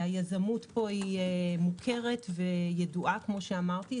היזמות פה מוכרת וידועה, כפי שאמרתי.